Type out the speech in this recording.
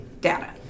data